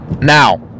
now